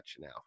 now